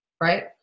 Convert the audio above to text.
Right